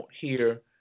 hear